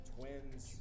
Twins